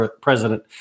president